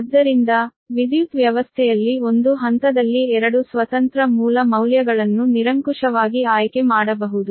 ಆದ್ದರಿಂದ ವಿದ್ಯುತ್ ವ್ಯವಸ್ಥೆಯಲ್ಲಿ ಒಂದು ಹಂತದಲ್ಲಿ ಎರಡು ಸ್ವತಂತ್ರ ಮೂಲ ಮೌಲ್ಯಗಳನ್ನು ನಿರಂಕುಶವಾಗಿ ಆಯ್ಕೆ ಮಾಡಬಹುದು